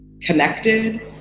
connected